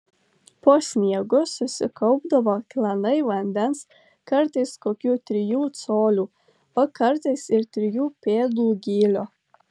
po sniegu susikaupdavo klanai vandens kartais kokių trijų colių o kartais ir trijų pėdų gylio